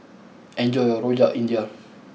enjoy your Rojak India